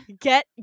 get